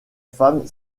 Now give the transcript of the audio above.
femme